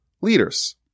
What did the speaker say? leaders